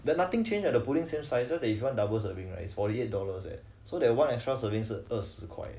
there's nothing change ah the pudding same size just they give double scooping is for forty eight dollars eh so that one extra serving is 二十块